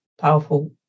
powerful